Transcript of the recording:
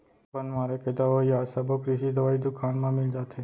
बन मारे के दवई आज सबो कृषि दवई दुकान म मिल जाथे